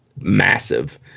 massive